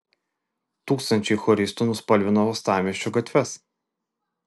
tūkstančiai choristų nuspalvino uostamiesčio gatves